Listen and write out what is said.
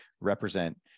represent